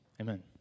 amen